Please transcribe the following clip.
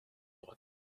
droite